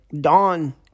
dawn